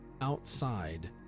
outside